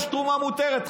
יש תרומה מותרת,